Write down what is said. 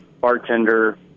bartender